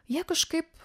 jie kažkaip